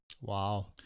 Wow